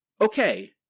okay